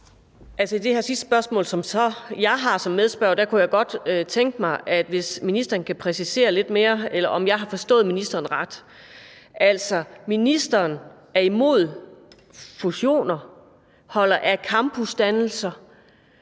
I det her sidste spørgsmål, som jeg har som medspørger, kunne jeg godt tænke mig, hvis ministeren kunne præcisere det lidt mere, for jeg ved ikke, om jeg har forstået det rigtigt. Ministeren er imod fusioner, holder af campusdannelser,